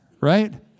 right